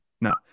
No